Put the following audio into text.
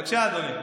בבקשה, אדוני.